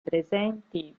presenti